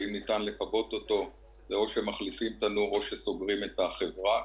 אם מכבים אותו זה או שמחליפים תנור או שסוגרים את החברה,